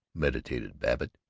meditated babbitt.